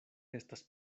estas